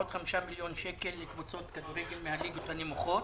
עוד חמישה מיליון שקל לקבוצות כדורגל מהליגות הנמוכות.